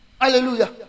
Hallelujah